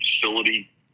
facility